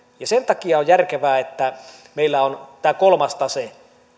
ja sen takia on järkevää että meillä on tämä kolmas tase